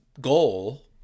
goal